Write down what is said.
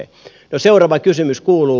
no seuraava kysymys kuuluu